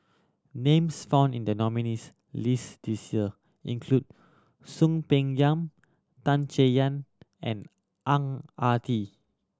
names found in the nominees' list this year include Soon Peng Yam Tan Chay Yan and Ang Ah Tee